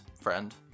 friend